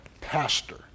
pastor